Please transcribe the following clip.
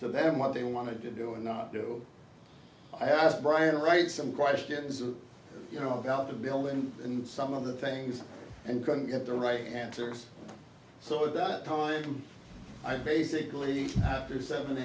to them what they wanted to do and not do i asked brian wright some questions you know about the building and some of the things and couldn't get the right answers so at that time i basically after